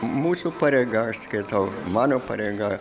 mūsų pareiga aš skaitau mano pareiga